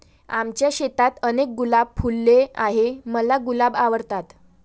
आमच्या शेतात अनेक गुलाब फुलले आहे, मला गुलाब आवडतात